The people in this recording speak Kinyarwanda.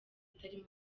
itari